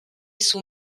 sous